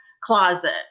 closet